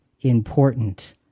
important